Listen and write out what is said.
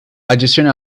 adicione